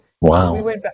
Wow